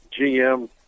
GM